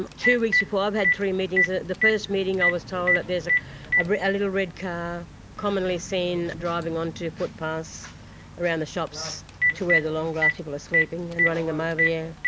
two weeks before, i've had three meetings. at the first meeting i was told that there's ah ah a little red car commonly seen driving onto footpaths around the shops to where the long grass people are sleeping and running them over. yeah